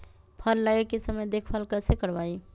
फल लगे के समय देखभाल कैसे करवाई?